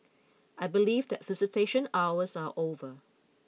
I believe that visitation hours are over